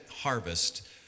Harvest